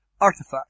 artifact